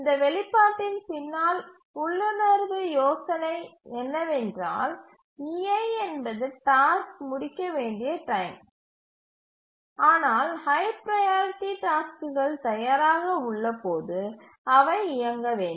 இந்த வெளிப்பாட்டின் பின்னால் உள்ளுணர்வு யோசனை என்னவென்றால் ei என்பது டாஸ்க் முடிக்க வேண்டிய டைம் ஆனால் ஹை ப்ரையாரிட்டி டாஸ்க்குகள் தயாராக உள்ளபோது அவை இயக்க வேண்டும்